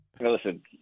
Listen